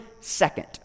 second